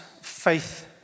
faith